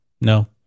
no